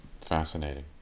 Fascinating